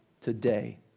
today